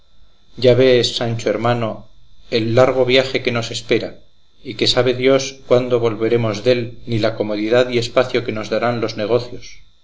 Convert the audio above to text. ya vees sancho hermano el largo viaje que nos espera y que sabe dios cuándo volveremos dél ni la comodidad y espacio que nos darán los negocios